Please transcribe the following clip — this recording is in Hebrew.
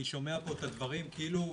אני שומע את הדברים כאילו,